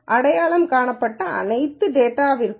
அடையாளம் காணப்பட்ட அனைத்து டேட்டாவிற்கும்